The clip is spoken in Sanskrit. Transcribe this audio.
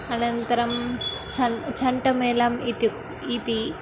अनन्तरं छन् छण्टमेळम् इति इति